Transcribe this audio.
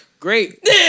Great